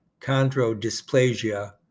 chondrodysplasia